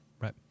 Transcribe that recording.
Right